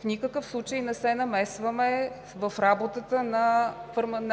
В никакъв случай не се намесваме в работата на